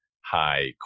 high